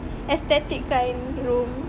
aesthetic kind room